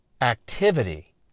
activity